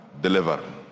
deliver